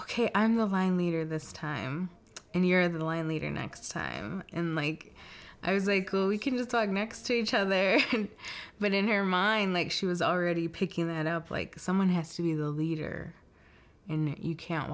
ok i'm the vine leader this time and you're the lion leader next time in like i was a girl we can just talk next to each other but in her mind like she was already picking that up like someone has to be the leader in you can't